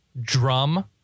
drum